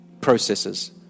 processes